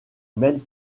mêlent